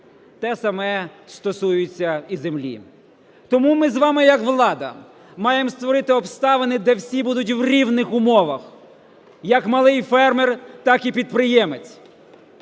Те саме стосується і землі. Томи з вами як влада маємо створити обставити, де всі будуть у рівних умовах – як малий фермер, так і підприємець.